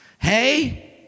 Hey